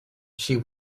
she